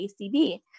ACB